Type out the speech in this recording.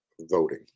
voting